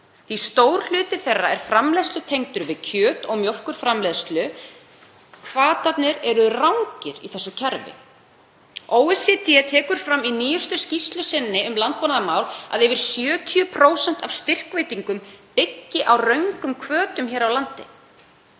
því stór hluti þeirra er framleiðslutengdur við kjöt- og mjólkurframleiðslu. Hvatarnir eru rangir í þessu kerfi. OECD tekur fram í nýjustu skýrslu sinni um landbúnaðarmál að yfir 70% af styrkveitingum hér á landi